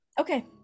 Okay